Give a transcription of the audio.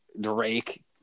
Drake